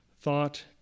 thought